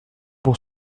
pour